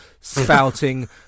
spouting